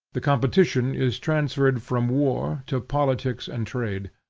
the competition is transferred from war to politics and trade,